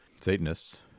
Satanists